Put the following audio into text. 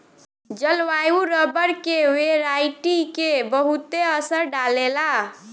जलवायु रबर के वेराइटी के बहुते असर डाले ला